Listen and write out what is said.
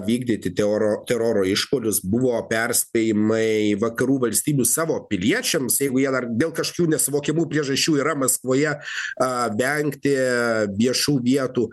vykdyti teroro teroro išpuolius buvo perspėjimai vakarų valstybių savo piliečiams jeigu jie dar dėl kažkokių nesuvokiamų priežasčių yra maskvoje vengti viešų vietų